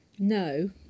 No